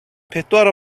pedwar